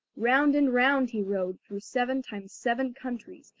round and round he rode, through seven times seven countries,